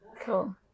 Cool